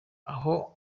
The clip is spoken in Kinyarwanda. aho